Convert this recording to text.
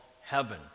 heaven